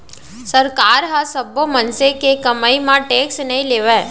सरकार ह सब्बो मनसे के कमई म टेक्स नइ लेवय